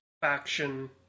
faction